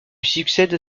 succède